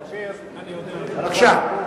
בבקשה.